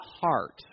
heart